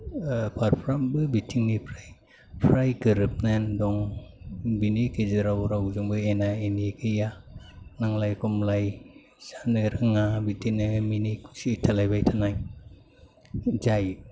फारफ्रोमबो बिथिंनिफ्राय प्राय गोरोबनानै दं बिनि गेजेराव रावजोंबो एना एनि गैया नांज्लाय खमलाय जानो रोङा बिदिनो मिनि खुसि थालायबाय थानाय जायो